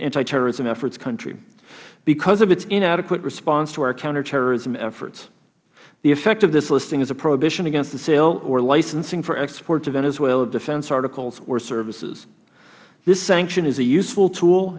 ntiterrorist and efforts country because of its inadequate response to our counterterrorism efforts the effect of this listing is a prohibition against the sale or licensing for exports to venezuela defense articles or services this sanction is a useful tool